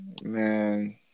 Man